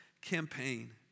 campaign